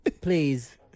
please